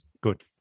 Good